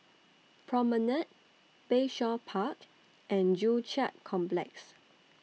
Promenade Bayshore Park and Joo Chiat Complex